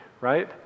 Right